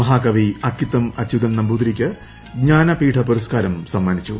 മഹാകവി അക്കിത്തം അച്യുതൻ നമ്പൂതിരിക്ക് ജ്ഞാനപീഠ പുരസ്കാരം സമ്മാനിച്ചു